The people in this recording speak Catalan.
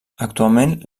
actualment